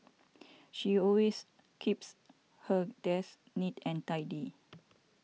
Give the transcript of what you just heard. she always keeps her desk neat and tidy